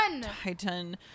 Titan